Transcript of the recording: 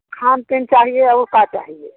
खाने पीने चाहिए और क्या चाहिए